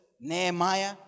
Nehemiah